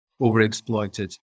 overexploited